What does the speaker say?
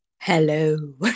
Hello